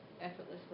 effortlessly